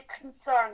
concern